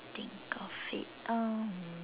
think of it um